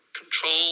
control